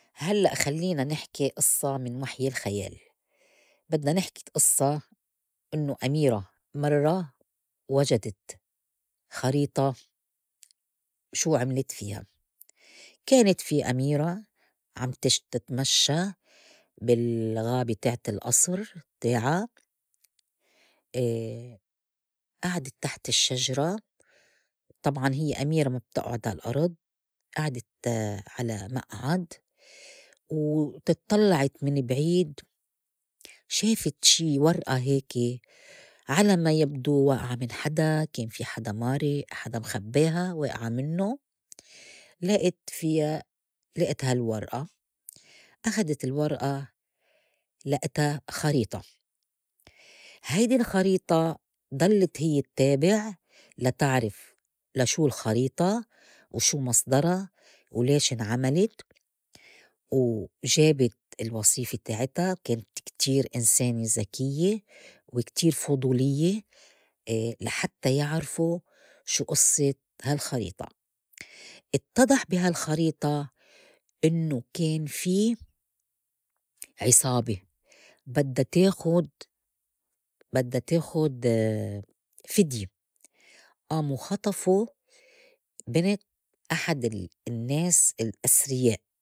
هلّأ خلينا نحكي إصّة من وحي الخيال بدنا نحكي إصّة إنّو أميرة مرّة وجدت خريطة شو عملت فيها؟ كانت في أميرة عم تش- تتمشّى بالغابة تاعت الئصر تاعا أعدت تحت الشجرة طبعاً هيّ أميرة ما بتأعد عالأرض أعدت على مئعد وتتطلعت من بعيد شافت شي ورئة هيكة على ما يبدو وائعة من حدا كان في حدا مارء حدا مخبّاها وائعة منّو لائت فيا لائت هالورئة أخدت الورئة لأتا خريطة، هيدي الخريطة ضلّت هي تّابع لتعرف لشو الخريطة وشو مصدرا وليش انعملت، و جابت الوصيفة تاعتا كانت كتير إنسانة ذكيّة وكتير فضوليّة لحتّى يعرفوا شو أصّت هالخريطة، إتضح بي هالخريطة إنّو كان في عِصابة بدّا تاخُد بدّا تاخد فدية آموا خطفوا بنت أحد ال- النّاس الأسرياء.